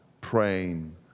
praying